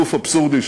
גוף אבסורדי,